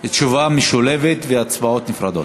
תשובה משולבת והצבעות נפרדות.